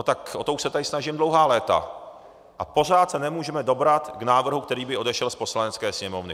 O to už se tady snažím dlouhá léta a pořád se nemůžeme dobrat k návrhu, který by odešel z Poslanecké sněmovny.